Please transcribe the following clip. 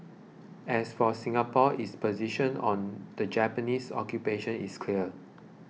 as for Singapore its position on the Japanese occupation is clear